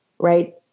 right